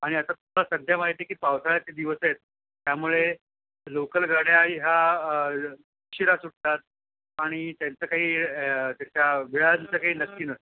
आणि आता माला सध्या माहिती आहे की पावसाळ्याचे दिवस आहेत त्यामुळे लोकल गाड्या ह्या उशिरा सुटतात आणि त्यांचं काही त्याच्या वेळांचं काही नक्की नसतं